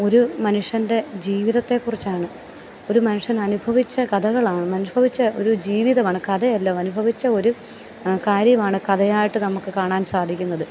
ഒരു മനുഷ്യൻ്റെ ജീവിതത്തെ കുറിച്ചാണ് ഒരു മനുഷ്യൻ അനുഭവിച്ച കഥകളാണ് അനുഭവിച്ച ഒരു ജീവിതമാണ് കഥയല്ല അനുഭവിച്ച ഒരു കാര്യമാണ് കഥയായിട്ട് നമുക്ക് കാണാൻ സാധിക്കുന്നത്